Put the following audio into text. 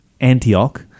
Antioch